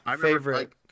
Favorite